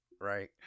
right